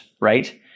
right